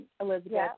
Elizabeth